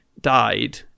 died